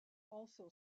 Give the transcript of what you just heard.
also